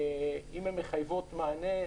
אם הן מחייבות מענה,